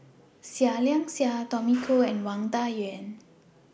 Seah Liang Seah Tommy Koh and Wang Dayuan